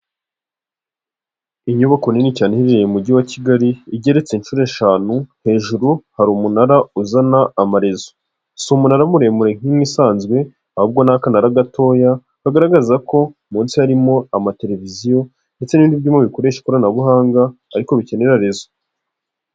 Inyubako nini cyane iherereye mujyi wa Kigali igeretse inshuro eshanu, hejuru hari umunara uzana amarezo, si umunara muremure nk'ibisanzwe, ahubwo ni akanara gatoya kagaragaza ko munsi harimo amateleviziyo ndetse n'ibindi byuma bikoresha ikoranabuhanga ariko bikenera rezo.